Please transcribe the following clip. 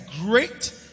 great